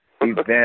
event